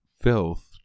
filth